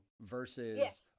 versus